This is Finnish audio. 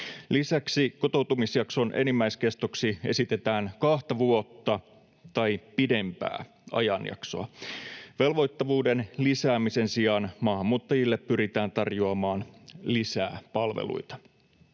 Lisäksi kotoutumisjakson enimmäiskestoksi esitetään kahta vuotta tai pidempää ajanjaksoa. Velvoittavuuden lisäämisen sijaan maahanmuuttajille pyritään tarjoamaan lisää palveluita.